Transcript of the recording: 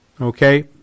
Okay